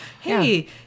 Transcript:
hey